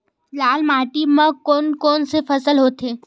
लाल माटी म कोन कौन से फसल होथे?